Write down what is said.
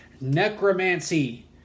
Necromancy